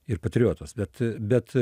ir patriotas bet bet